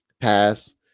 pass